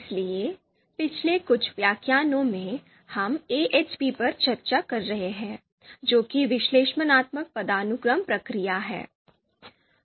इसलिए पिछले कुछ व्याख्यानों में हम AHP पर चर्चा कर रहे हैं जो कि विश्लेषणात्मक पदानुक्रम प्रक्रिया है